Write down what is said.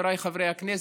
חבריי חברי הכנסת,